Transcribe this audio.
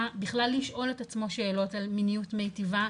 בכלל לשאול את עצמם שאלות על מיניות מיטיבה,